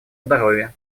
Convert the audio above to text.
здоровья